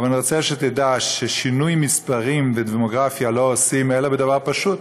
אבל אני רוצה שתדע ששינוי מספרים בדמוגרפיה לא עושים אלא בדרך פשוטה: